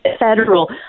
federal